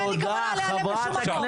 אין לי כוונה להיעלם לשום מקום.